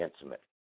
intimate